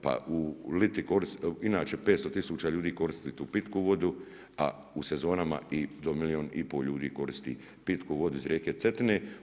Pa liti inače 500 tisuća ljudi koristi tu pitku vodu, a u sezonama i do milijun i pol ljudi koristi pitku vodu iz rijeke Cetine.